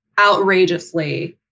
outrageously